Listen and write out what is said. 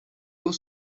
was